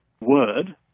word